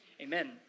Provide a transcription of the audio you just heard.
amen